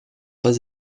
pas